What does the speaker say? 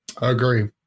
Agree